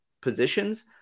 positions